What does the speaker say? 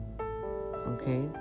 Okay